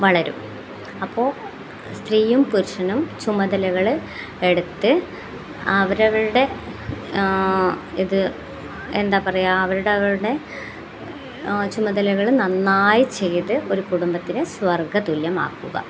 വളരും അപ്പോൾ സ്ത്രീയും പുരുഷനും ചുമതലകൾ എടുത്ത് അവരവരുടെ ഇത് എന്താ പറയാ അവരവരുടെ ചുമതലകൾ നന്നായി ചെയ്ത് ഒരു കുടുംബത്തിന് സ്വർഗ്ഗ തുല്യമാക്കുക